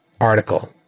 article